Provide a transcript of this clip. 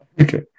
Okay